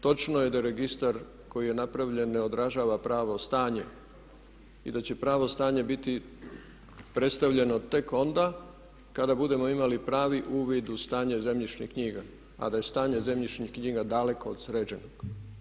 Točno je da je registar koji je napravljen ne odražava pravo stanje i da će pravo stanje biti predstavljeno tek onda kada budemo imali pravi uvid u stanje zemljišnih knjiga, mada je stanje zemljišnih knjiga daleko od sređenog.